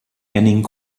henning